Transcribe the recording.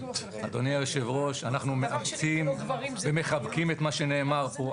אדוני היו"ר אנחנו מחבקים את מה שנאמר פה,